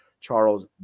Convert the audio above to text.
Charles